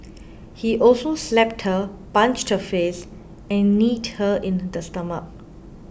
he also slapped her punched her face and kneed her in the stomach